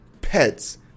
pets